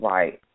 Right